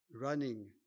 running